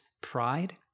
pride